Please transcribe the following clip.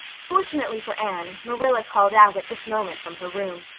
fortunately for anne, marilla called out at this moment from her room.